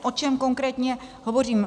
O čem konkrétně hovořím.